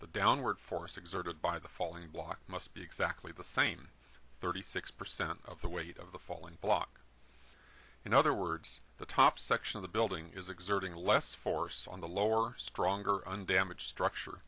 the downward force exerted by the falling block must be exactly the same thirty six percent of the weight of the falling block in other words the top section of the building is exerting less force on the lower stronger undamaged structure